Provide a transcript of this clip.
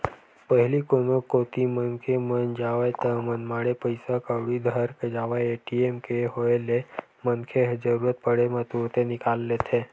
पहिली कोनो कोती मनखे मन जावय ता मनमाड़े पइसा कउड़ी धर के जावय ए.टी.एम के होय ले मनखे ह जरुरत पड़े म तुरते निकाल लेथे